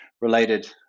related